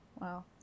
wow